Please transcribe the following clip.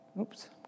Oops